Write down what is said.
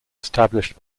established